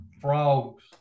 Frogs